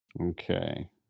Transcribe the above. okay